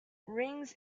rings